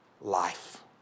life